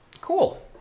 cool